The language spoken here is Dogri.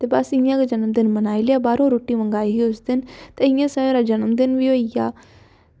ते बस इं'या गै जनम दिन मनाई लेआ ते बाह्रों रुट्टी मंगवाई लेई ही उस दिन ते इं'या साढ़ा जनम दिन बी होई गेआ